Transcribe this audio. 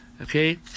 Okay